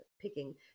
picking